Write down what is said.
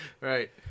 right